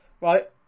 Right